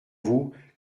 vous